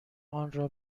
آنرا